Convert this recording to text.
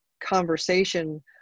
conversation